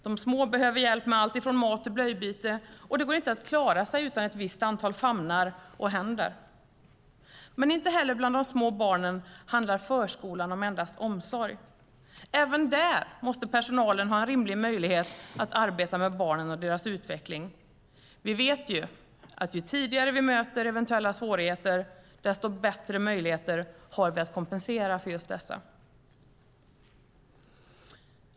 De små behöver hjälp med allt från mat till blöjbyte, och det går inte att klara utan ett visst antal famnar och händer. Men inte heller bland de små barnen handlar förskolan om endast omsorg. Även där måste personalen ha en rimlig möjlighet att arbeta med barnen och deras utveckling. Vi vet att ju tidigare vi möter eventuella svårigheter, desto bättre möjligheter har vi att kompensera för dessa.